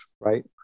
Right